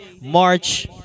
March